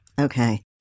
Okay